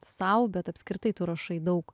sau bet apskritai tu rašai daug